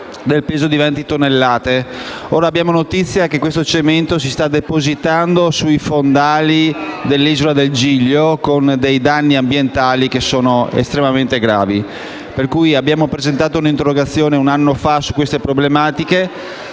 Abbiamo presentato un'interrogazione un anno fa su queste problematiche.